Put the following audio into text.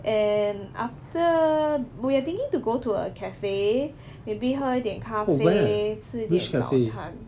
and after we are thinking to go to a cafe maybe 喝一点咖啡吃一点早餐